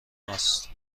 است